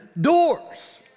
doors